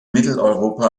mitteleuropa